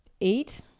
eight